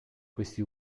questi